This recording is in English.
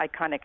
iconic